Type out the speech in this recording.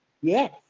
Yes